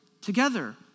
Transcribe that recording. together